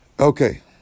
Okay